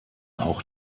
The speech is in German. auch